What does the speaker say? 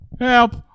help